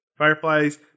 Fireflies